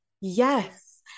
Yes